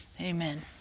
Amen